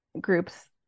groups